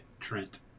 Trent